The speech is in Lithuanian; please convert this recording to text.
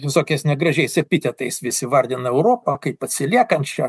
visokiais negražiais epitetais vis įvardina europą kaip atsiliekančią